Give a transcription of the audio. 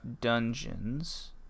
dungeons